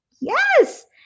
Yes